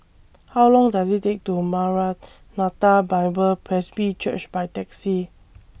How Long Does IT Take to Maranatha Bible Presby Church By Taxi